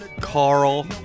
Carl